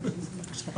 בבקשה.